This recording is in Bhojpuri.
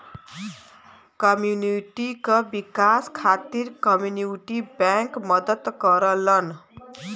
कम्युनिटी क विकास खातिर कम्युनिटी बैंक मदद करलन